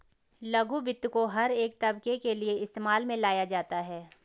लघु वित्त को हर एक तबके के लिये इस्तेमाल में लाया जाता है